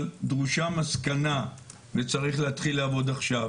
אבל דרושה מסקנה וצריך להתחיל לעבוד עכשיו.